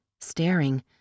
staring